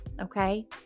okay